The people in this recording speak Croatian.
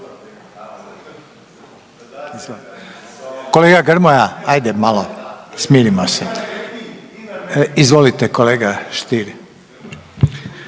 Kolega Grmoja ajde malo smirimo se. Izvolite kolega Stier.